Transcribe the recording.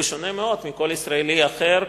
בשונה מאוד מכל ישראלי אחר,